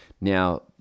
now